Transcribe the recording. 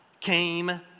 came